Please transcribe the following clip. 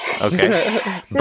Okay